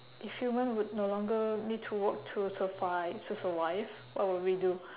if human would no longer need to work to survive to survive what would we do